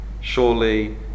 Surely